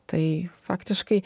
tai faktiškai